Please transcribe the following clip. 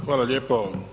Hvala lijepo.